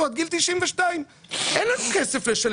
או עד גיל 92. אין לנו כסף לשלם.